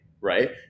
right